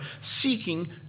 seeking